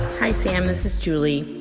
hi, sam. this is julie.